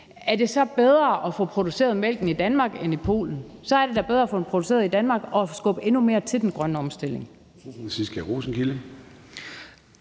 Er det så ikke bedre at få produceret mælken i Danmark end i Polen? Så er det da bedre at få den produceret i Danmark og skubbe endnu mere til den grønne omstilling.